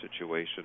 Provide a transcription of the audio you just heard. situation